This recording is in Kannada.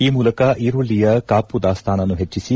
ಈ ಮೂಲಕ ಈರುಳ್ಳಿಯ ಕಾಪುದಾಸ್ತಾನನ್ನು ಹೆಚ್ಚಿಬ